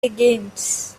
higgins